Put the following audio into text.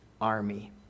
army